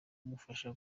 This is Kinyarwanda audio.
kumufasha